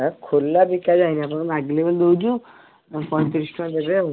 ହଁ ଖୋଲା ବିକାଯାଏ ନି ଆପଣ ମାଗିଲେ ବୋଲି ଦେଉଛୁ ପଇଁତିରିଶ ଟଙ୍କା ଦେବେ ଆଉ